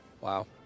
Wow